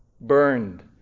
burned